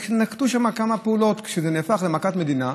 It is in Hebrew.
ננקטו שם כמה פעולות כשזה נהפך למכת מדינה,